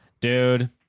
Dude